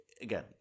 Again